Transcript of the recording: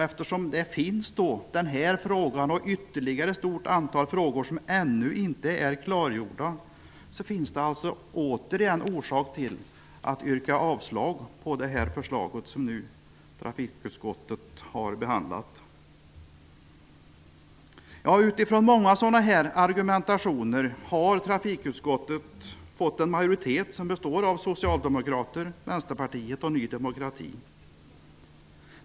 Eftersom den frågan och ytterligare ett stort antal frågor ännu inte är klargjorda, finns det alltså återigen orsak till att yrka avslag på det förslag som trafikutskottet nu har behandlat. Utifrån många sådana här argument har trafikutskottet fått en majoritet som består av Socialdemokraterna, Vänsterpartiet och Ny demokrati.